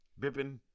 Bippin